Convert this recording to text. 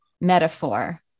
metaphor